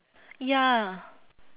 ya